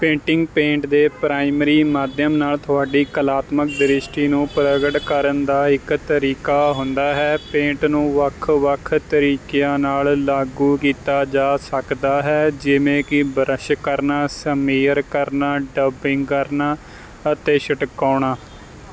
painting paint ਦੇ primary ਮਾਧਿਅਮ ਨਾਲ ਤੁਹਾਡੀ ਕਲਾਤਮਕ ਦ੍ਰਿਸ਼ਟੀ ਨੂੰ ਪ੍ਰਗਟ ਕਰਨ ਦਾ ਇੱਕ ਤਰੀਕਾ ਹੁੰਦਾ ਹੈ ਪੇਂਟ ਨੂੰ ਵੱਖ ਵੱਖ ਤਰੀਕਿਆਂ ਨਾਲ ਲਾਗੂ ਕੀਤਾ ਜਾ ਸਕਦਾ ਹੈ ਜਿਵੇਂ ਕਿ ਬਰੱਸ਼ ਕਰਨਾ ਸਮੀਅਰ ਕਰਨਾ ਡੱਬਿੰਗ ਕਰਨਾ ਅਤੇ ਛਿੜਕਾਉਣਾ